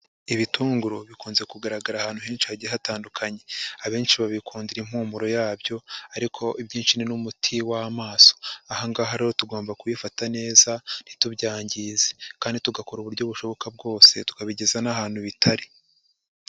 Ibitunguru bikunze kugaragara ahantu henshi hagiye hatandukanye. Abenshi babikundira impumuro yabyo ariko ibyinshi ni n'umuti w'amaso. Aha ngaha rero tugomba kubifata neza ntitubyangize. Kandi tugakora uburyo bushoboka bwose tukabigeza n'ahantu bitari.